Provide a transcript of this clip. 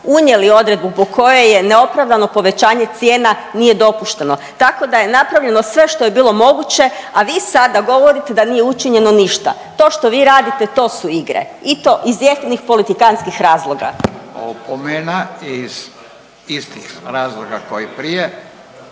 unijeli odredbu po kojoj je neopravdano povećanje cijena nije dopušteno, tako da je napravljeno sve što je bilo moguće, a vi sada govorite da nije učinjeno ništa. To što vi radite to su igre i to iz jeftinih politikantskih razloga. **Radin, Furio (Nezavisni)**